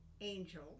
Angel